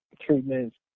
treatments